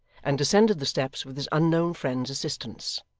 and descended the steps with his unknown friend's assistance.